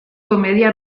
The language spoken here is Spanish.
comedia